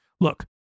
Look